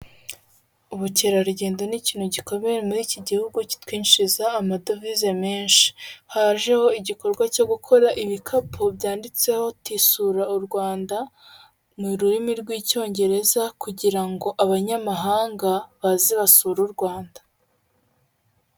Ubukerarugendo ni ikintu gikomeye muri iki gihugu kitwinjiriza amadovize menshi, hajeho igikorwa cyo gukora ibikapu byanditseho tisura u Rwanda n'ururimi rw'icyongereza kugira ngo abanyamahanga baze basure u Rwanda.